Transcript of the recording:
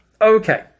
Okay